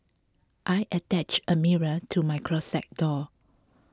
I attached a mirror to my closet door